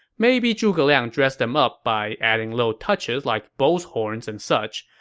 maybe zhuge liang dressed them up by adding little touches like bulls' horns and such,